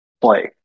play